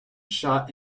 shot